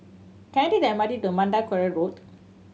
can I take the M R T to Mandai Quarry Road